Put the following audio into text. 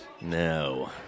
No